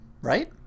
Right